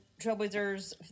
trailblazers